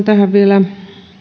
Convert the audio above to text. tähän vielä